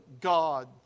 God